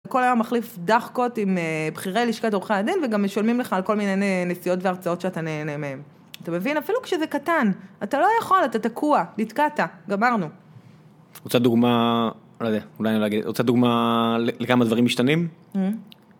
כל היום מחליף דחקות עם בכירי לשכת עורחי הדין וגם משלמים לך על כל מיני נסיעות וההרצאות שאתה נהנה מהם אתה מבין? אפילו כשזה קטן אתה לא יכול, אתה תקוע, נתקע אתה גמרנו רוצה דוגמה על זה? רוצה דוגמה לכמה דברים משתנים?